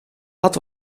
had